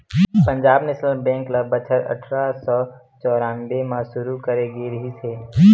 Punjab national bank ल बछर अठरा सौ चौरनबे म सुरू करे गे रिहिस हे